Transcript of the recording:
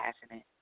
passionate